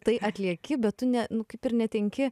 tai atlieki bet tu ne nu kaip ir netenki